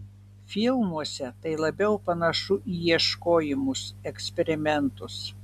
filmuose tai labiau panašu į ieškojimus eksperimentus